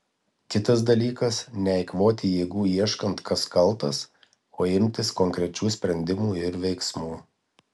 kitas dalykas neeikvoti jėgų ieškant kas kaltas o imtis konkrečių sprendimų ir veiksmų